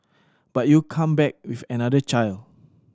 but you come back with another child